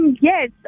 Yes